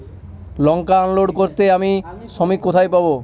লঙ্কা unload করতে আমি শ্রমিক কোথায় পাবো?